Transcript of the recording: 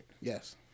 Yes